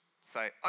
say